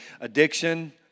addiction